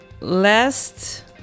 last